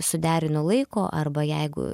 suderinu laiko arba jeigu